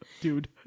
dude